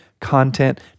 content